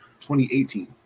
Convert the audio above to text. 2018